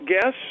guess